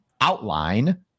outline